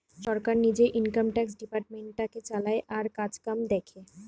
সরকার নিজে income tax ডিপার্টমেন্টটাকে চালায় আর কাজকাম দেখে